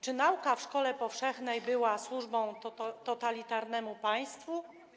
Czy nauka w szkole powszechnej była służbą totalitarnemu państwu?